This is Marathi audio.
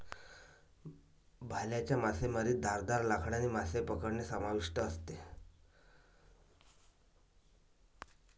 भाल्याच्या मासेमारीत धारदार लाकडाने मासे पकडणे समाविष्ट असते